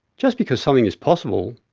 just because something is possible,